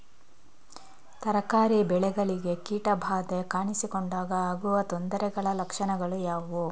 ತರಕಾರಿ ಬೆಳೆಗಳಿಗೆ ಕೀಟ ಬಾಧೆ ಕಾಣಿಸಿಕೊಂಡಾಗ ಆಗುವ ತೊಂದರೆಗಳ ಲಕ್ಷಣಗಳು ಯಾವುವು?